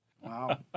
Wow